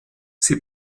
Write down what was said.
sie